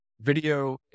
video